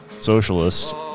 socialist